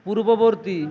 পূর্ববর্তী